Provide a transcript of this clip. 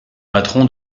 patron